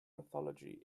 mythology